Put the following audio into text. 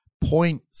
point